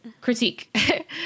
critique